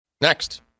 Next